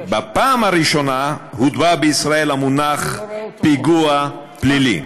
בפעם הראשונה הוטבע בישראל המונח 'פיגוע פלילי'".